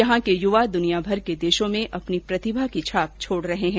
यहां के युवा दुनियाभर के देशों में अपनी प्रतिभा की छाप छोड़ रहे हैं